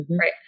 Right